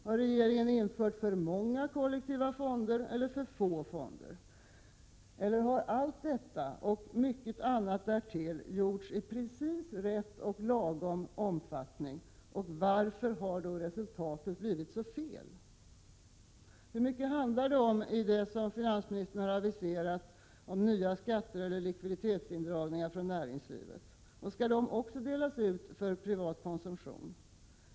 Har regeringen infört för många kollektiva fonder eller för få fonder? Eller har allt detta och mycket annat därtill gjorts i precis lagom omfattning? Varför har då resultatet blivit så fel? Hur mycket innebär det som finansministern har aviserat i form av nya skatter och likviditetsindragningar från näringslivet? Skall dessa pengar också delas ut för privat konsumtion?